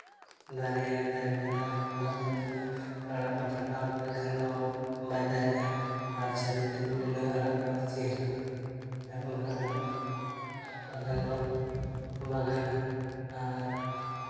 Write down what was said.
ᱫᱟᱨᱮᱭᱟ ᱫᱟᱨᱮ ᱠᱟᱛᱮ ᱫᱟᱜ ᱤᱧ ᱫᱩᱞᱟ ᱟᱲᱟᱜ ᱫᱚ ᱯᱟᱴᱟᱣ ᱞᱮᱠᱷᱟᱱ ᱫᱚ ᱵᱟᱭ ᱫᱟᱨᱮᱜᱼᱟ ᱟᱨ ᱡᱷᱟᱹᱨᱤᱛᱮ ᱫᱩᱞ ᱟᱱᱟᱝ ᱟᱲᱟᱜ ᱫᱚ ᱪᱮᱦᱨᱟᱜᱼᱟ ᱟᱨ ᱚᱱᱠᱟ ᱠᱟᱛᱮ ᱵᱟᱜᱟᱱ ᱫᱚᱠᱚ ᱵᱟᱜᱟᱱᱟ ᱟᱨ